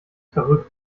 verrückt